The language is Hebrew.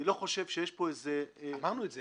אני לא חושב שיש פה איזה --- אמרנו את זה.